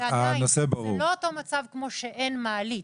זה לא אותו מצב כמו שאין מעלית.